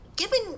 Given